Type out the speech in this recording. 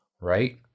right